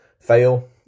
fail